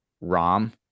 Rom